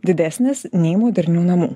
didesnės nei modernių namų